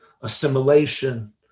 assimilation